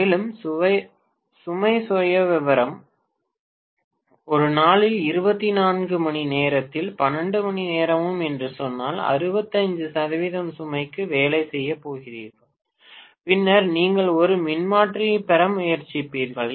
மேலும் சுமை சுயவிவரம் ஒரு நாளில் 24 மணிநேரத்தில் 12 மணிநேரம் என்று சொன்னால் 65 சுமைக்கு வேலை செய்யப் போகிறீர்கள் பின்னர் நீங்கள் ஒரு மின்மாற்றியைப் பெற முயற்சிப்பீர்கள்